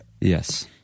Yes